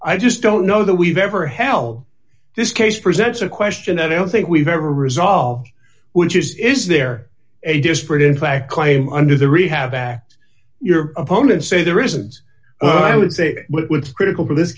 i just don't know that we've ever held this case presents a question that i don't think we've ever resolved which is is there a disparate in fact claim under the rehab act your opponents say there isn't i would say it's critical to this